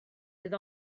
fydd